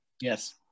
Yes